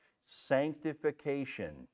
Sanctification